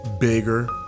Bigger